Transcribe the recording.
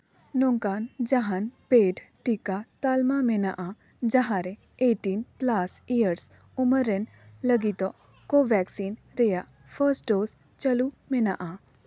ᱱᱚᱝᱠᱟᱱ ᱡᱟᱦᱟᱱ ᱯᱮᱰ ᱴᱤᱠᱟᱹ ᱛᱟᱞᱢᱟ ᱢᱮᱱᱟᱜᱼᱟ ᱡᱟᱦᱟᱸᱨᱮ ᱮᱭᱤᱴᱴᱤᱱ ᱯᱞᱟᱥ ᱤᱭᱟᱨᱥ ᱩᱢᱮᱨᱨᱮᱱ ᱞᱟᱹᱜᱤᱫᱚᱜ ᱠᱳᱼᱵᱷᱮᱠᱥᱤᱱ ᱨᱮᱭᱟᱜ ᱯᱷᱟᱥᱴ ᱰᱳᱥ ᱪᱟᱹᱞᱩ ᱢᱮᱱᱟᱜᱼᱟ